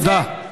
תודה.